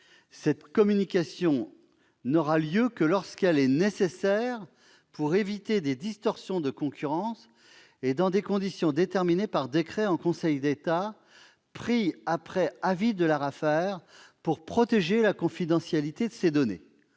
cette communication n'aura lieu que lorsqu'elle est nécessaire pour éviter des distorsions de concurrence, et dans des conditions déterminées par décret en Conseil d'État, pris après avis de l'ARAFER, pour protéger la confidentialité de ces données.